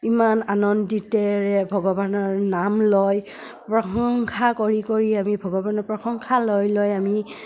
ইমান আনন্দিতেৰে ভগৱানৰ নাম লয় প্ৰশংসা কৰি কৰি আমি ভগৱানৰ প্ৰশংসা লয় লয় আমি